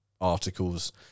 articles